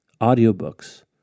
audiobooks